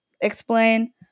explain